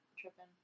tripping